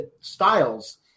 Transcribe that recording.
Styles